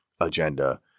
agenda